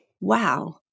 wow